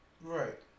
Right